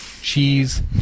Cheese